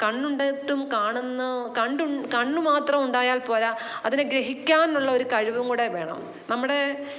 കണ്ണുണ്ടായിട്ടും കാണുന്ന കണ്ടുൺ കണ്ണു മാത്രമുണ്ടായാൽപ്പോര അതിനെ ഗ്രഹിക്കാനുള്ള ഒരു കഴിവും കൂടെ വേണം നമ്മുടെ